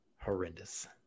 horrendous